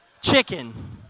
chicken